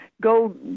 Go